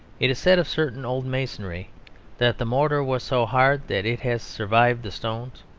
it is said of certain old masonry that the mortar was so hard that it has survived the stones.